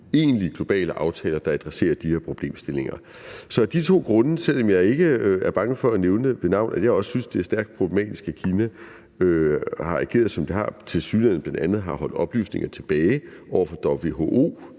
egentlige globale aftaler, der adresserer de her problemstillinger. Så der er de to grunde. Jeg er ikke bange for at nævne ved navn, at jeg også synes, det er stærkt problematisk, at Kina har ageret, som de har, og tilsyneladende bl.a. har holdt oplysninger tilbage over for WHO